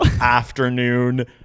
afternoon